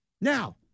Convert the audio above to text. Now